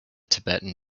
tibetan